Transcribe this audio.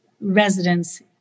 residents